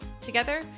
Together